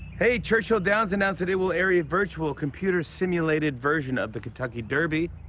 hey, churchill downs announced that it will air a virtual, computer-simulated version of the kentucky derby.